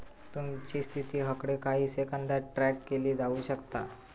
तुमची स्थिती हकडे काही सेकंदात ट्रॅक केली जाऊ शकता